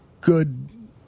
good